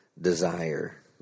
desire